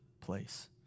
place